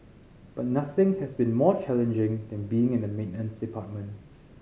but nothing has been more challenging than being in the maintenance department